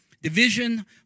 Division